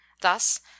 Thus